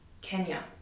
Kenya